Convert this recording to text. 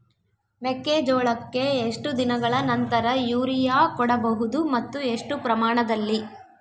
ಮೆಕ್ಕೆಜೋಳಕ್ಕೆ ಎಷ್ಟು ದಿನಗಳ ನಂತರ ಯೂರಿಯಾ ಕೊಡಬಹುದು ಮತ್ತು ಎಷ್ಟು ಪ್ರಮಾಣದಲ್ಲಿ?